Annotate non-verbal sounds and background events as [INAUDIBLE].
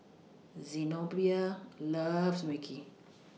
Zenobia loves Mui Kee [NOISE]